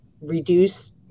reduce